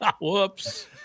whoops